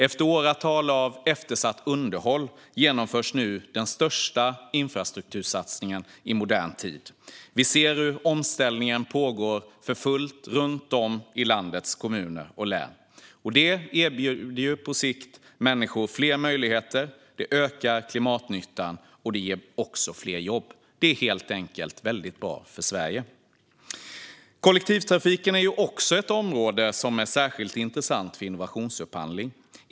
Efter åratal av eftersatt underhåll genomförs nu den största infrastruktursatsningen i modern tid. Vi ser hur omställningen pågår för fullt runt om i landets kommuner och län. Det erbjuder på sikt människor fler möjligheter, det ökar klimatnyttan och det ger också fler jobb. Det är helt enkelt väldigt bra för Sverige. Kollektivtrafiken är också ett område som är särskilt intressant för innovationsupphandling.